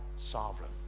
sovereign